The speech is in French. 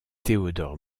théodore